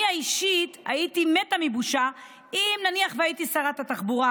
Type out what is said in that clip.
אני אישית הייתי מתה מבושה אם נניח הייתי שרת התחבורה,